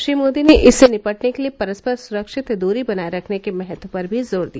श्री मोदी ने इससे निपटने के लिए परस्पर सुरक्षित दूरी बनाये रखने के महत्व पर भी जोर दिया